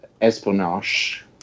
espionage